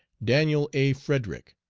daniel a. frederick,